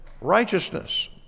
righteousness